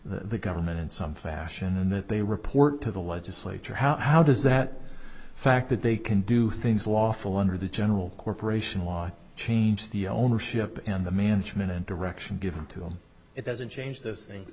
the government in some fashion and that they report to the legislature how does that fact that they can do things lawful under the general corporation law change the ownership and the management and direction given to them it doesn't change those things